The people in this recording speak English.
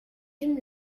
him